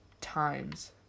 times